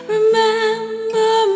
Remember